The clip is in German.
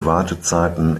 wartezeiten